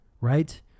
right